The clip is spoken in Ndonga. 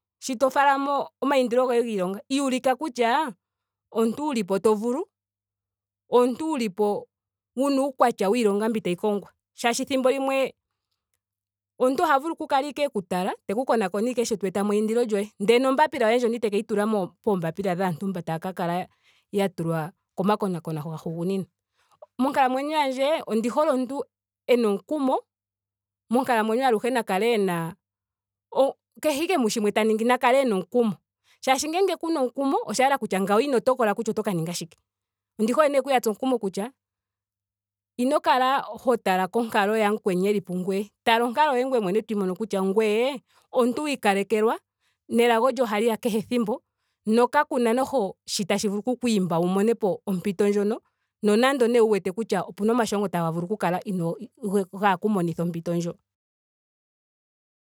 Sho ta falamo omaindilo goye giilonga. iyulika kutya. omuntu wulipo to vulu. omuntu wulipo wuna uukwatya wiilonga mbi tayi kongwa. Shaashi thimbo limwe omuntu oha ashike a kale eku tala. teku konakona ashike sho to etamo eindilo lyoye. Ndele nombaapila yoye ndjono itekeyi tula mo- poombaapila dhaantu mba taa ka kala ya tulwa komakonakono gahugunina. Monkalamwenyo yandje ondi hole omuntu ena omukumo monkalamwenyo aluhe na kale ena o, kehe ike mushimwe ta ningi na kale ena omukumo. Shaashi ngele kuna omukumo osha yela kutya ngawo ino tokola kutya oto ka ninga shike. Ondi hole nee okuya tsa omukumo kutya ino kala ho tala konkalo yamukweni eli pungweye. Tala onkalo yoye ngweye mwene eto imono kutya ngweye omuntu wa ikalekelwa nelago lyoye ohali ya kehe ethimbo. no kakuna noho shi tashi vuku oku kwiimba wu monepo ompito ndjono. nonando nee wu wete kutya opena omashongo taga vulu inooga gaa ku monithe ompito ndjo